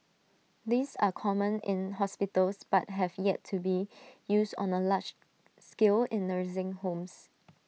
these are common in hospitals but have yet to be used on A large scale in nursing homes